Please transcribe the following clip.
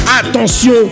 Attention